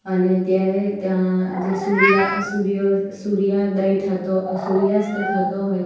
અને ત્યારે ત્યાં જે સૂર્યા સુર્ય સૂર્યાદય થતો સૂર્યાસ્ત થતો હોય